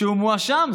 כשהוא מואשם,